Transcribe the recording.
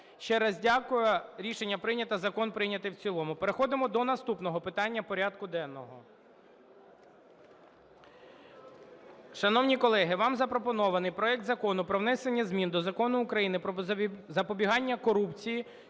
Ще раз дякую. Рішення прийнято. Закон прийнятий в цілому. Переходимо до наступного питання порядку денного.